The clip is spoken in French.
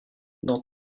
dans